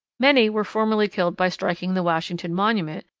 many were formerly killed by striking the washington monument,